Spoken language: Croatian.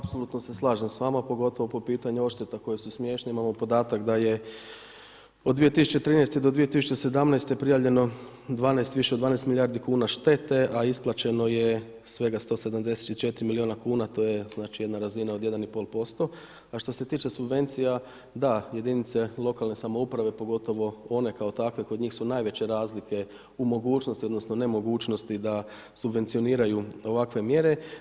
Apsolutno se slažem s vama, pogotovo po pitanju odšteta koje su smiješne, imamo podatak, da je od 2013.-2017. prijavljeno više od 12 milijardi kuna štete, a isplaćeno je svega 174 milijuna kuna, to je znači jedna razina od 1,1% a što se tiče subvencija, da, jedinice lokalne samouprave pogotovo one kao takve, kod njih su najveće razlike u mogućnosti, odnosno, nemogućnosti, da subvencioniraju ovakve mjere.